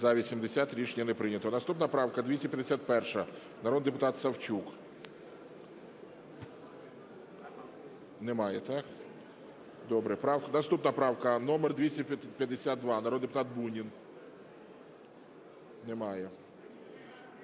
За-80 Рішення не прийнято. Наступна правка 251, народний депутат Савчук. Немає? Добре. Наступна правка номер 252, народний депутат Бунін. Немає?